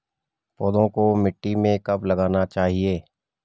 पौधों को मिट्टी में कब लगाना चाहिए?